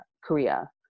Korea